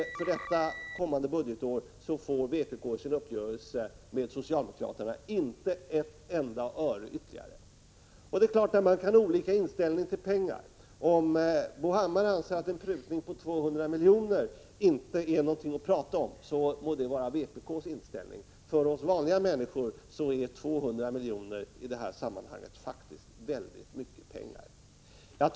För detta kommande budgetår får vpk i sin uppgörelse med socialdemokraterna inte ett enda öre ytterligare. Man kan naturligtvis ha olika inställning till pengar. Om Bo Hammar anser att en prutning på 200 miljoner inte är någonting att tala om, må det vara vpk:s inställning. För oss vanliga människor är 200 miljoner i det sammanhanget faktiskt mycket pengar.